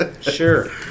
Sure